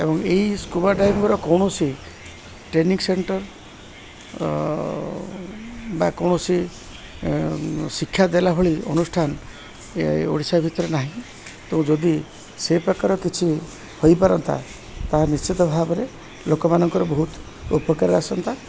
ଏବଂ ଏହିଇ scuba diver କୌଣସି ଟ୍ରେନିଂ ସେଣ୍ଟର ବା କୌଣସି ଶିକ୍ଷା ଦେଲା ଭଳି ଅନୁଷ୍ଠାନ ଓଡ଼ିଶା ଭିତରେ ନାହିଁ ତ ଯଦି ସେ ପ୍ରକାର କିଛି ହୋଇପାରନ୍ତା ତାହା ନିଶ୍ଚିତ ଭାବରେ ଲୋକମାନଙ୍କର ବହୁତ ଉପକାରରେ ଆସନ୍ତା